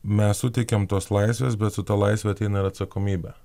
mes suteikiam tos laisvės bet su ta laisve ateina ir atsakomybė